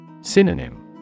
Synonym